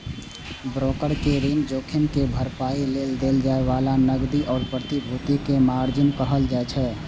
broker कें ऋण जोखिम के भरपाइ लेल देल जाए बला नकदी या प्रतिभूति कें मार्जिन कहल जाइ छै